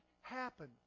happen